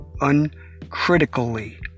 uncritically